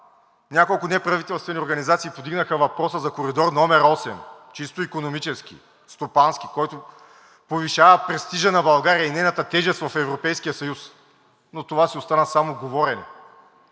няколко неправителствени организации повдигнаха въпроса за Коридор № 8, чисто икономически, стопански, който повишава престижа на България и нейната тежест в Европейския съюз, но това си остана само говорене.